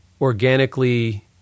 organically